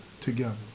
together